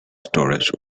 storage